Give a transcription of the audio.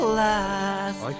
last